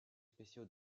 spéciaux